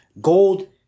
gold